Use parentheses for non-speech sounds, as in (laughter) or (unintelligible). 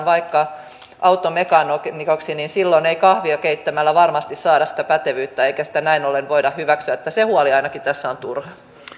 (unintelligible) vaikka automekaanikoksi niin silloin ei kahvia keittämällä varmasti saada sitä pätevyyttä eikä sitä näin ollen voida hyväksyä niin että se huoli ainakin tässä on turha